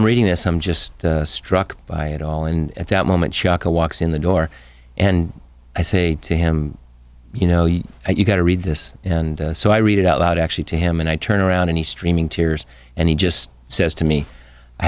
i'm reading this i'm just struck by it all and at that moment chaka walks in the door and i say to him you know you've got to read this and so i read it out loud actually to him and i turn around and he streaming tears and he just says to me i